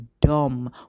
dumb